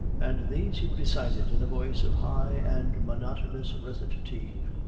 and these he recited in a voice of high and monotonous recitative,